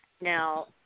Now